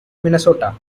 minnesota